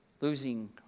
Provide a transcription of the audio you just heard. losing